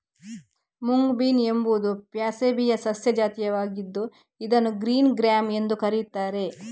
mung bean ಎಂಬುದು Fabaceae ಸಸ್ಯ ಜಾತಿಯಾಗಿದ್ದು ಇದನ್ನು ಗ್ರೀನ್ ಗ್ರ್ಯಾಮ್ ಎಂದೂ ಕರೆಯುತ್ತಾರೆ